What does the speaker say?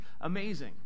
amazing